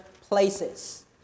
places